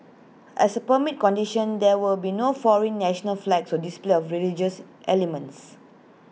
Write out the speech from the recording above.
as A permit conditions there were to be no foreign national flags or display of religious elements